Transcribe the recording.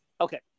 Okay